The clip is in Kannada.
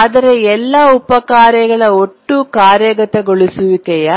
ಆದರೆ ಎಲ್ಲಾ ಉಪ ಕಾರ್ಯಗಳ ಒಟ್ಟು ಕಾರ್ಯಗತಗೊಳಿಸುವಿಕೆಯ